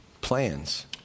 plans